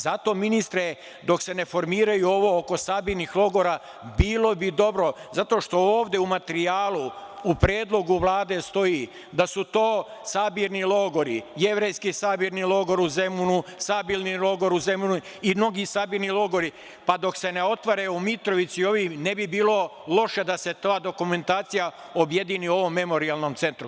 Zato, ministre, dok se ne formiraju ovo oko sabirnih logora, bilo bi dobro, zato što ovde u materijalu, u predlogu Vlade stoji da su to sabirni logori, Jevrejski sabirni logor u Zemunu, Sabirni logor u Zemunu i mnogi sabirni logori, pa do se ne otvore u Mitrovici, ne bi bilo loše da se ta dokumentacija objedini u ovom memorijalnom centru.